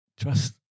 trust